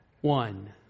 one